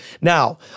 Now